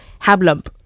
hablump